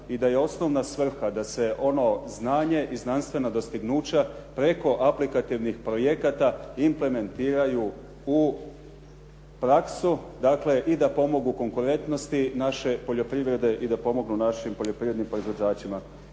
i da je osnovna svrha da se ono znanje i znanstvena dostignuća prema aplikativnih projekata implementiraju u praksu i da pomognu konkurentnosti naše poljoprivrede i da pomognu našim poljoprivrednim proizvođačima